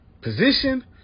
position